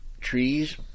Trees